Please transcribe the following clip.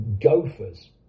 gophers